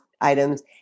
items